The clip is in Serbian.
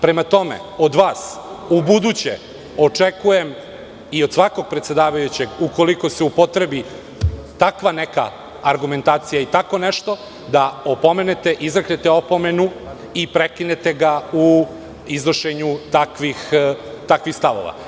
Prema tome, od vas u buduće, očekujem, i od svakog predsedavajućeg ukoliko se upotrebi takva neka argumentacija i tako nešto, da opomenete, izreknete opomenu i prekinete ga u iznošenju takvih stavova.